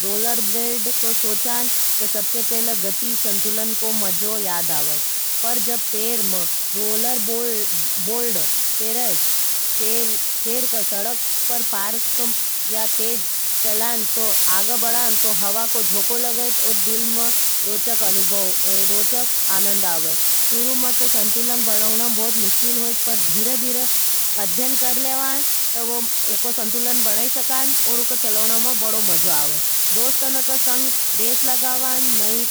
Roller blade को सोचान, तो सबसे पहले गती, संतुलन को मज़ो याद आवे। पर जब पेर में रोलर बोल्ड फेरज, फेर का सड़क पर पार्क या तेज चलान, तो आगे बढ़ान, तो हवा को झोको लगाज, और दिल में रोचक अनुभव-रोचक आनंद आवाई। शुरु में तो संतुलन बनान बहुत मुश्किल होईज, पर धीरे-धीरे अध्यन कर लेवाईं, तो उक संतुलन बनाई सकाईं, और उक चलान में बड़ो मज़ो आवाई। दौसतनों के साथ नई